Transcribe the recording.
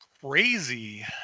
crazy